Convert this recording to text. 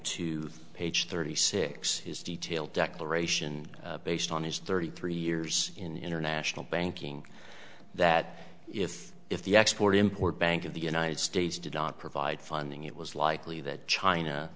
two page thirty six his detailed declaration based on his thirty three years in international banking that if if the export import bank of the united states did not provide funding it was likely that china